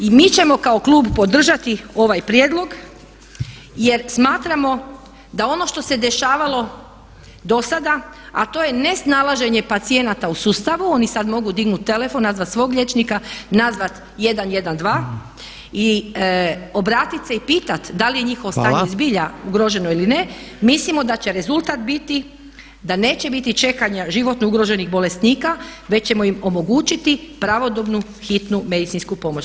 I mi ćemo kao klub podržati ovaj prijedlog, jer smatramo da ono što se dešavalo do sada a to je nesnalaženje pacijenata u sustavu, oni sad mogu dignut telefon, nazvat svog liječnika, nazvat 112 i obratit se i pitat da li je njihovo stanje zbilja ugroženo ili ne [[Upadica predsjednik: Hvala.]] Mislimo da će rezultat biti, da neće biti čekanja životno ugroženih bolesnika već ćemo im omogućiti pravodobnu hitnu medicinsku pomoć.